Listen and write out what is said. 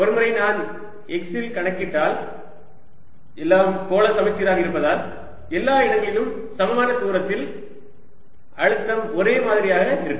ஒருமுறை நான் x இல் கணக்கிட்டால் எல்லாம் கோள சமச்சீராக இருப்பதால் எல்லா இடங்களிலும் சமமான தூரத்தில் அழுத்தம் ஒரே மாதிரியாக இருக்கும்